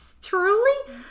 truly